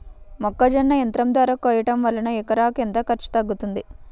మొక్కజొన్న యంత్రం ద్వారా కోయటం వలన ఎకరాకు ఎంత ఖర్చు తగ్గుతుంది?